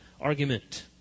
argument